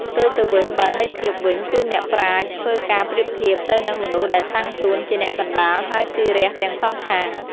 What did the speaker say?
ផ្ទុយទៅវិញ បើន័យធៀបវិញគឺអ្នកប្រាជ្ញធ្វើការប្រៀបធៀបទៅនឹងមនុស្សដែលតាំងខ្លួនជាអ្នកកណ្ដាល ហើយស៊ីរះទាំងសងខាង ។